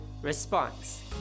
response